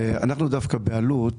ואנחנו דווקא בעלות